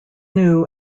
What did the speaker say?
new